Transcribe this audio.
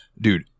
Dude